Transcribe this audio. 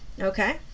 okay